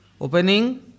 opening